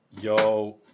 Yo